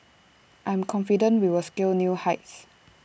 I'm confident we will scale new heights